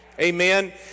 Amen